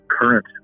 current